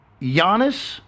Giannis